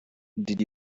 did